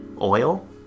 Oil